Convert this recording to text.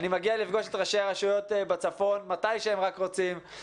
אני אגיע לפגוש את ראשי הרשויות בצפון מתי שהם ירצו וגם